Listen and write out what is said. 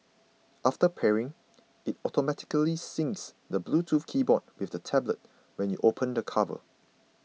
after pairing it automatically syncs the Bluetooth keyboard with the tablet when you open the cover